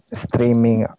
streaming